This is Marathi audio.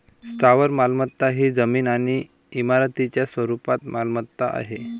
स्थावर मालमत्ता ही जमीन आणि इमारतींच्या स्वरूपात मालमत्ता आहे